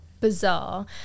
bizarre